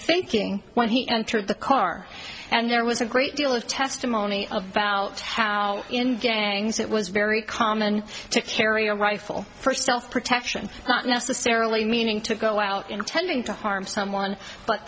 thinking when he entered the car and there was a great deal of testimony about how in gangs it was very common to carry a rifle first self protection not necessarily meaning to go out intending to harm someone